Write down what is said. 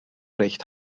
recht